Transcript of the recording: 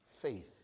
faith